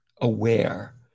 aware